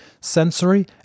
Sensory